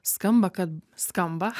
skamba kad skamba